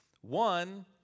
one